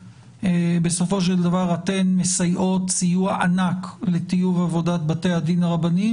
בסופו של דבר אתן מסייעות סיוע ענק לטיוב בעבודת בתי הדין הרבניים,